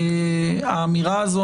האמירה הזאת,